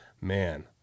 Man